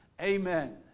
Amen